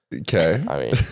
Okay